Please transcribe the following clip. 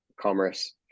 commerce